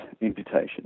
imputation